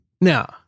Now